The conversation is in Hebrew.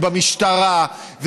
במשטרה,